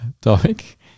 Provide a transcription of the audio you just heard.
topic